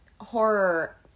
horror